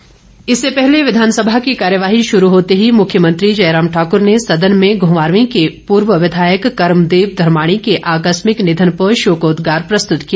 शोकोदगार इससे पहले विधानसभा की कार्यवाही शुरू होते ही मुख्यमंत्री जयराम ठाक्र ने सदन में घुमारवीं के पूर्व विधायक कर्मदेव धर्माणी के आकस्मिक निधन पर शोकोदगार प्रस्तुत किया